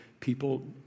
People